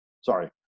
sorry